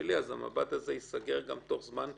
שלי המב"ד הזה ייסגר בתוך זמן מסוים,